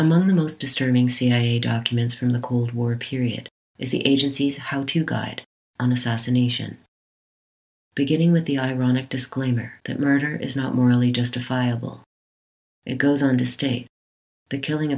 among the most disturbing cia documents from the cold war period is the agency's how to guide on assassination beginning with the ironic disclaimer that murder is not morally justifiable it goes on to state the killing